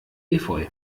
efeu